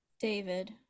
David